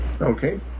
Okay